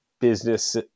business